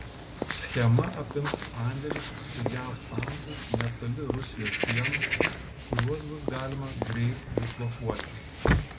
schema apims sandėlius su jav tankais netoli rusijos sienų kuriuos bus galima greit dislokuoti